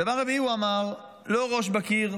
דבר רביעי שהוא אמר: לא ראש בקיר,